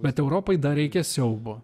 bet europai dar reikia siaubo